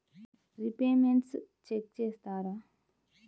Repayments check చేస్తారా?